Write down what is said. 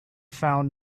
found